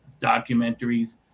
documentaries